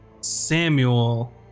Samuel